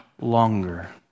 longer